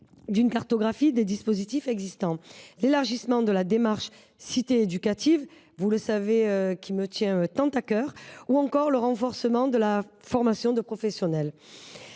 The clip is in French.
d’une cartographie des dispositifs existants, l’élargissement de la démarche des cités éducatives, qui m’est chère, ou encore le renforcement de la formation des professionnels.